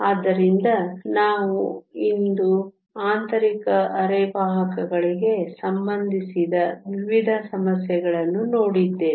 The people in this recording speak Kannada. ಆದ್ದರಿಂದ ಇಂದು ನಾವು ಆಂತರಿಕ ಅರೆವಾಹಕಗಳಿಗೆ ಸಂಬಂಧಿಸಿದ ವಿವಿಧ ಸಮಸ್ಯೆಗಳನ್ನು ನೋಡಿದ್ದೇವೆ